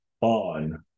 on